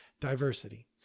Diversity